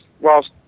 whilst